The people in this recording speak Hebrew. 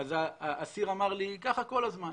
אז האסיר אמר לי: ככה כל הזמן.